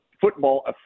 football